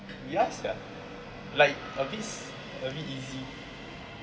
ya sia like a bit s~ a bit easy